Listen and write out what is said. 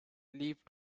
leave